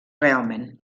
realment